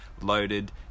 loaded